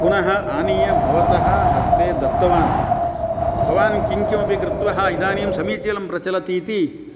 पुनः आनीय भवतः हस्ते दत्तवान् भवान् किं किमपि कृत्वा इदानीं समीचीनं प्रचलति इति